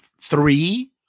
three